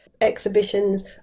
exhibitions